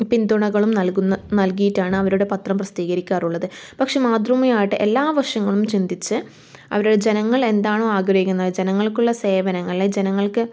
പിന്തുണകളും നൽകുന്ന നൽകിയിട്ടാണ് അവരുടെ പത്രം പ്രസിദ്ധീകരിക്കാറുള്ളത് പക്ഷെ മാതൃഭൂമിയാകട്ടെ എല്ലാ വശങ്ങളും ചിന്തിച്ച് അവർ ജനങ്ങൾ എന്താണോ ആഗ്രഹിക്കുന്നത് ജനങ്ങൾക്കുള്ള സേവനങ്ങൾ അല്ലെങ്കിൽ ജനങ്ങൾക്ക്